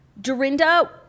Dorinda